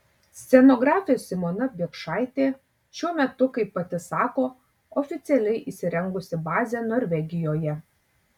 scenografė simona biekšaitė šiuo metu kaip pati sako oficialiai įsirengusi bazę norvegijoje